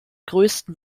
größten